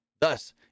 Thus